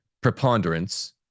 preponderance